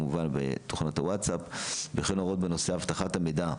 כמובן בתוכנת וואטסאפ וכן הוראות בנושא אבטחת המידע,